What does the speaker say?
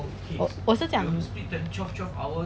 我我是讲